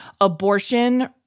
Abortion